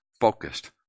focused